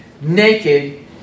naked